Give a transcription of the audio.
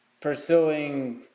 pursuing